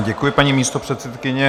Děkuji, paní místopředsedkyně.